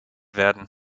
werden